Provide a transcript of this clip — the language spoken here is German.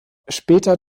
später